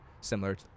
similar